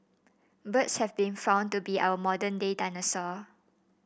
birds have been found to be our modern day dinosaur